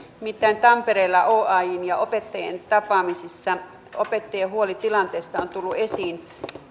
nimittäin tampereella oajn ja opettajien tapaamisissa opettajien huoli tilanteesta on tullut esiin